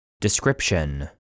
Description